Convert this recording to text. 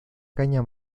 caña